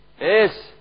Yes